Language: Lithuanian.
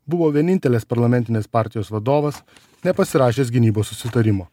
buvo vienintelės parlamentinės partijos vadovas nepasirašęs gynybos susitarimo